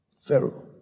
Pharaoh